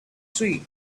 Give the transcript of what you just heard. trees